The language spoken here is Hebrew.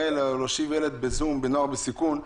הרי להושיב ילד בסיכון בזום,